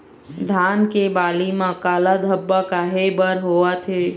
धान के बाली म काला धब्बा काहे बर होवथे?